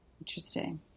Interesting